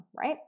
right